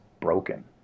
broken